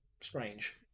strange